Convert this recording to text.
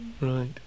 Right